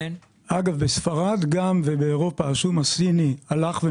אגב, לספרד ולאירופה השום הסיני נכנס.